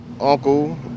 Uncle